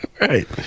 Right